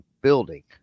building